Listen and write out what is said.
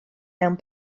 mewn